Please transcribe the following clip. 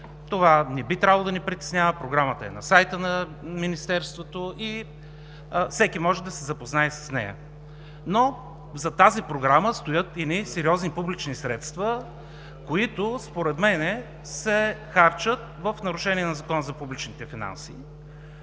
това не би трябвало да ни притеснява, че Програмата е на сайта на Министерството и всеки може да се запознае с нея. Но зад тази Програма стоят сериозни публични средства, които според мен се харчат в нарушение на Закона за публичните финанси.